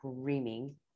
screaming